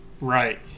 Right